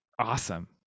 Awesome